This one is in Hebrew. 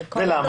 ולמה?